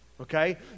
okay